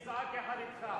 אני אזעק יחד אתך,